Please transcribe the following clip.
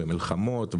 במלחמות,